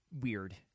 weird